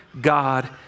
God